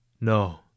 no